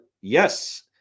Yes